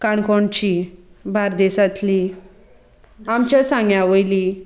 काणकोणची बार्देसांतली आमच्या सांग्यां वयली